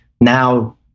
now